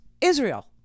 Israel